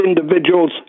individuals